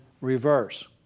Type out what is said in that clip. reverse